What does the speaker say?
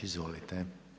Izvolite.